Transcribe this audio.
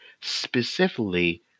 specifically